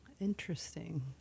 Interesting